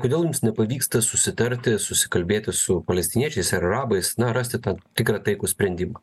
kodėl jums nepavyksta susitarti susikalbėti su palestiniečiais ar arabais na rasti tą tikrą taikų sprendimą